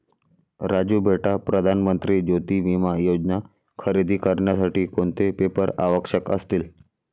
राजू बेटा प्रधान मंत्री ज्योती विमा योजना खरेदी करण्यासाठी कोणते पेपर आवश्यक असतील?